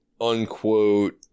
unquote –